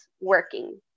working